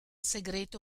segreto